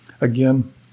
Again